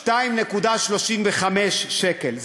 2.35 שקל,